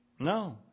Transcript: No